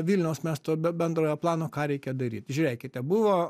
vilniaus mes to be bendrojo plano ką reikia daryt žiūrėkite buvo